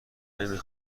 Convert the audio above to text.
نمی